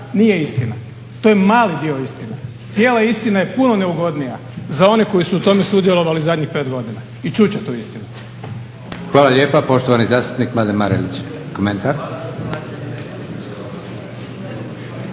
nije istina. To je mali dio istine. Cijela istina je puno neugodnija za one koji su u tome sudjelovali zadnjih 5 godina. I čut će tu istinu. **Leko, Josip (SDP)** Hvala lijepa. Poštovani zastupnik Mladen Marelić komentar?